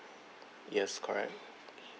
yes correct